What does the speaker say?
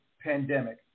pandemic